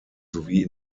sowie